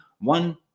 One